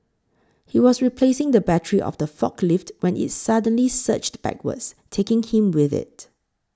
he was replacing the battery of the forklift when it suddenly surged backwards taking him with it